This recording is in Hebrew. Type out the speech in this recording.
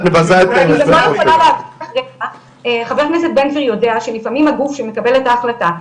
מבזה את --- חבר הכנסת בן גביר יודע שלפעמים הגוף שמקבל את ההחלטה,